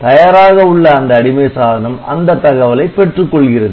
தயாராக உள்ள அந்த அடிமை சாதனம் அந்த தகவலை பெற்றுக் கொள்கிறது